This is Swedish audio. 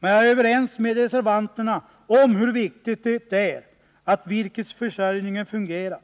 Men jag är överens med reservanterna om hur viktigt det är att virkesförsörjningen fungerar